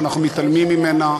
שאנחנו מתעלמים ממנה,